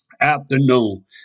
afternoon